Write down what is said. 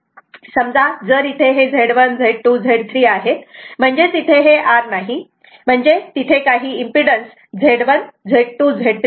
समजा जर इथे Z1 Z2 Z3 आहेत म्हणजेच इथे हे R नाही म्हणजे तिथे काही इम्पेडन्स Z1 Z2 Z3 आहे